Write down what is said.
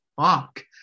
fuck